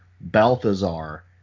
Balthazar